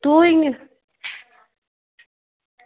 तूं इन्नी